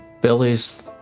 Billy's